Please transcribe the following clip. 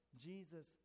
Jesus